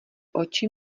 oči